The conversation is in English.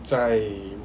在